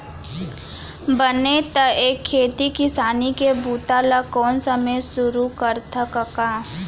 बने त ए खेती किसानी के बूता ल कोन समे सुरू करथा कका?